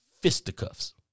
fisticuffs